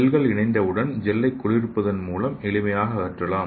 செல்கள் இணைந்தவுடன் ஜெல்லை குளிர்விப்பதன் மூலம் எளிமையாக அகற்றலாம்